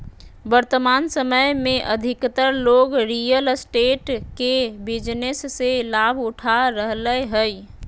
वर्तमान समय में अधिकतर लोग रियल एस्टेट के बिजनेस से लाभ उठा रहलय हइ